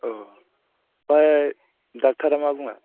औ ओमफ्राय दक्टरआ मा बुङा